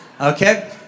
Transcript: Okay